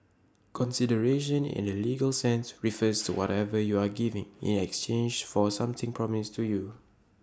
consideration in the legal sense refers to whatever you are giving in exchange for something promised to you